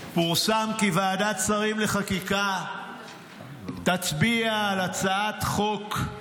פורסם כי ועדת שרים לחקיקה תצביע על הצעת חוק,